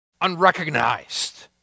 unrecognized